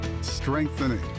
strengthening